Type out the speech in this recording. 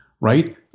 right